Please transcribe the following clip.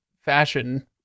fashion